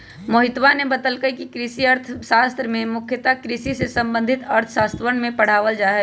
मोहितवा ने बतल कई कि कृषि अर्थशास्त्र में मुख्यतः कृषि से संबंधित अर्थशास्त्रवन के पढ़ावल जाहई